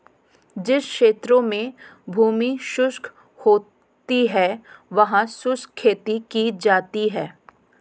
जिन क्षेत्रों में भूमि शुष्क होती है वहां शुष्क खेती की जाती है